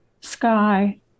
sky